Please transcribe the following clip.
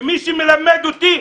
ומי שמלמד אותי,